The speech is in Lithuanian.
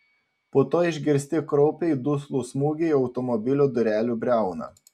po to išgirsti kraupiai duslų smūgį į automobilio durelių briauną